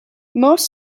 most